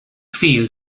feel